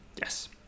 Yes